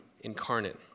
incarnate